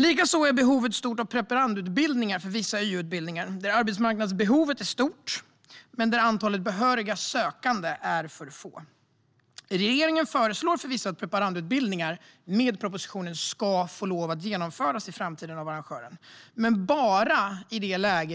Likaså är behovet av preparandutbildningar för vissa YH-utbildningar stort. Arbetsmarknadsbehovet är stort, men antalet behöriga sökande är för litet. Regeringen föreslår i propositionen att vissa preparandutbildningar ska få genomföras av arrangören, men bara